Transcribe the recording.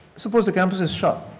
suppose the campus is shut.